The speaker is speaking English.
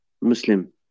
Muslim